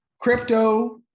crypto